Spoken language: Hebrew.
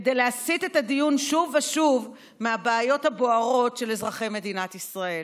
כדי להסיט את הדיון שוב ושוב מהבעיות הבוערות של אזרחי מדינת ישראל.